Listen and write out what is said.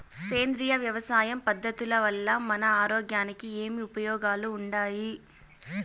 సేంద్రియ వ్యవసాయం పద్ధతుల వల్ల మన ఆరోగ్యానికి ఏమి ఉపయోగాలు వుండాయి?